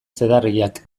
zedarriak